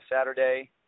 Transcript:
Saturday